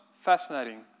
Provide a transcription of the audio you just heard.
fascinating